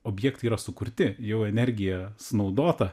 objektai yra sukurti jau energija sunaudota